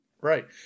right